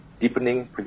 deepening